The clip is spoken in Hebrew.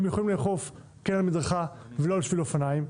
הם יכולים לאכוף כן על המדרכה ולא על שביל אופניים,